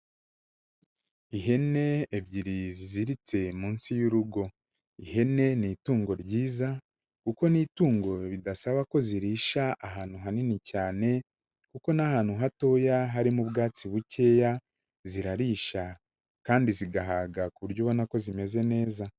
Ihene ebyiri ziziritse munsi y'urugo, ihene ni itungo ryiza kuko ni itungo bidasaba ko zirisha ahantu hanini cyane kuko n'ahantu hatoya harimo ubwatsi bukeya zirarisha kandi zigahaga ku buryo ubona ko zimeze neza.